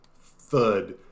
thud